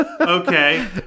Okay